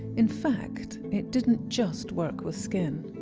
in fact, it didn't just work with skin.